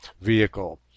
vehicle